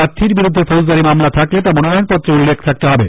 প্রার্থীর বিরুদ্ধে ফৌজদারি মামলা থাকলে তা মনোনয়নপত্রে উল্লেখ থাকতে হবে